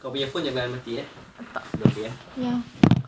kau punya phone jangan mati eh dia okay ah